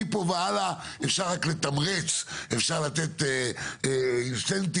מפה והלאה אפשר רק לתמרץ, אפשר לתת incentive,